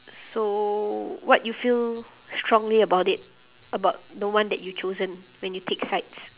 so what you feel strongly about it about the one that you chosen when you take sides